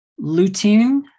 lutein